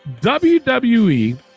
WWE